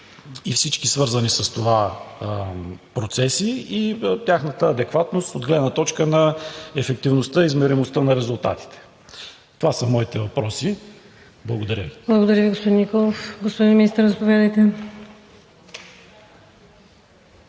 и всички свързани с това процеси, и тяхната адекватност от гледна точка на ефективността и измеримостта на резултатите. Това са моите въпроси. Благодаря Ви. ПРЕДСЕДАТЕЛ ВИКТОРИЯ ВАСИЛЕВА: Благодаря Ви, господин Николов. Господин Министър, заповядайте.